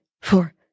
four